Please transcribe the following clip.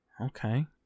okay